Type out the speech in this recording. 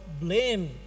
blame